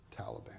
Taliban